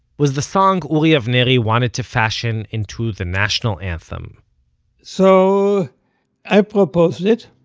was the song uri avneri wanted to fashion into the national anthem so i proposed it,